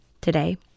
Today